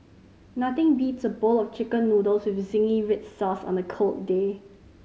nothing beats a bowl of Chicken Noodles with zingy red sauce on a cold day